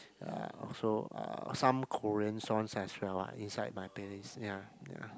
uh also uh some Korean songs as well inside my playlist ya